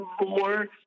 more